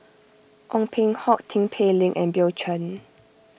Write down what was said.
Ong Peng Hock Tin Pei Ling and Bill Chen